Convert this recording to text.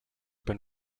been